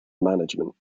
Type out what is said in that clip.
management